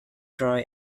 troy